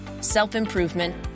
self-improvement